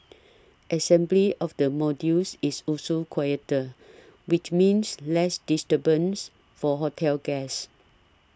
assembly of the modules is also quieter which means less disturbance for hotel guests